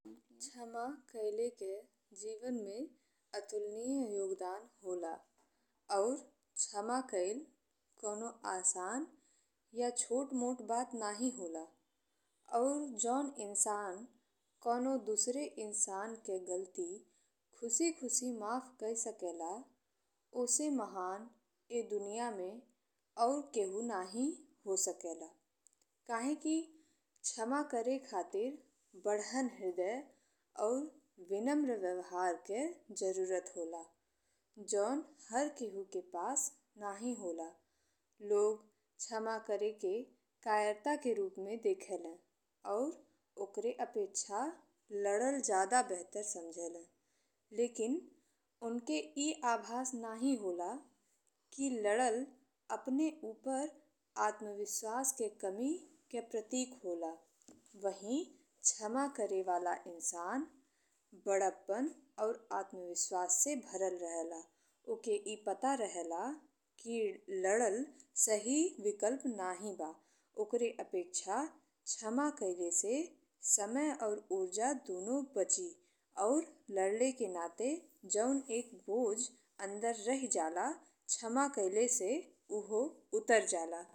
क्षमा कइले के जीवन में अतुलनीय योगदान होला और क्षमा कइलो कौनो आसान या छोट मोट बात नाहीं होला और जौन इंसान कौनो दोसरे इंसान के गलती खुशी-खुशी माफ कइ सकेला ओसे महान ए दुनिया में और केहु नाहीं हो सकेला। काहेकि क्षमा करे खातिर बढ़हन हृदय और विनम्र व्यवहार के जरूरत होला जउन हर केहु के पास नाहीं होला। लोग क्षमा करेके कायरता के रूप में देखेले और ओकर अपेक्षा लड़ल ज्यादा बेहतर समझेले, लेकिन ओनके ई आभास नाहीं होला कि लड़ल अपने ऊपर आत्मविश्वास के कमी के प्रतीक होला वही क्षमा करेवाला इंसान बड़प्पन और आत्मविश्वास से भरल रहे ला। ओके ई पता रहे ला कि लड़ल सही विकल्प नाहीं हो। ओकर अपेक्षा क्षमा कइले से समय और ऊर्जा दुनो बची और लड़ले के नाते जउन एक बोझ अंदर रहि जाला क्षमा कइले से उहो उतर जाला।